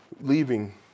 leaving